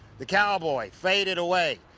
the cowboy, faded away.